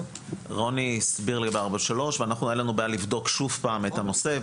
רוני הסביר על 443 ואין לנו בעיה לבדוק שוב פעם את הנושא.